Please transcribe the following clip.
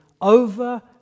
over